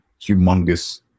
humongous